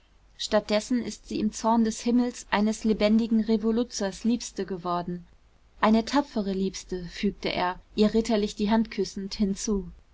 dessen ist sie im zorn des himmels eines lebendigen revoluzers liebste geworden eine tapfere liebste fügte er ihr ritterlich die hand küssend hinzu